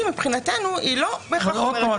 אומרת באופן אוטומטי --- אבל עוד פעם,